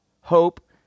hope